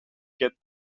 get